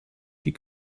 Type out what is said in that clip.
die